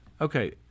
Okay